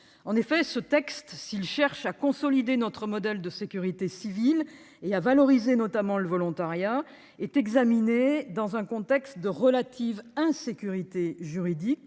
En effet, ce texte, s'il cherche à consolider notre modèle de sécurité civile et à valoriser notamment le volontariat, est examiné dans un contexte de relative insécurité juridique